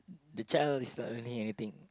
the child is not learning anything